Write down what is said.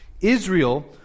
Israel